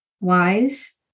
wise